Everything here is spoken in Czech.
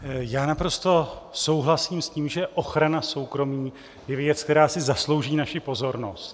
Já naprosto souhlasím s tím, že ochrana soukromí je věc, která si zaslouží naši pozornost.